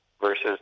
versus